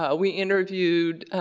ah we interviewed